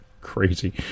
crazy